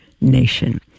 nation